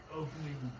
opening